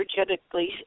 energetically